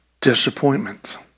Disappointment